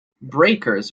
breakers